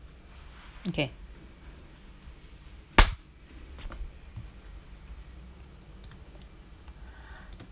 okay